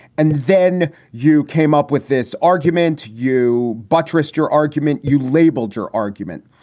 and then you came up with this argument. you buttress your argument. you labeled your argument.